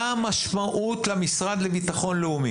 מה המשמעות למשרד לביטחון לאומי?